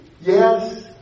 yes